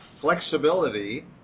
flexibility